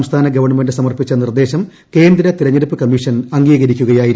സംസ്ഥാന ഗവൺമെന്റ് സമർപ്പിച്ച നിർദ്ദേശം കേന്ദ്ര തെരഞ്ഞെടുപ്പ് കമ്മീഷൻ അംഗീകരിക്കുകയായിരുന്നു